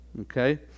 okay